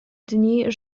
dni